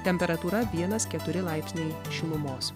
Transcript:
temperatūra vienas keturi laipsniai šilumos